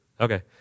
Okay